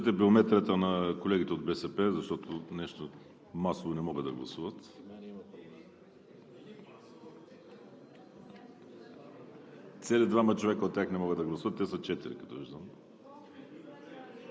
включете биометрията на колегите от БСП, защото нещо масово не могат да гласуват. Цели двама човека не могат да гласуват, те са четирима както виждам.